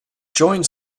joins